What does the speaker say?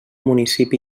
municipi